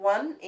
One